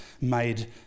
made